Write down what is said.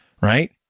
right